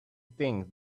think